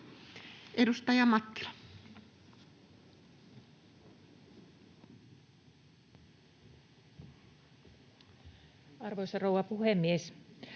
Edustaja Mattila. Arvoisa rouva puhemies!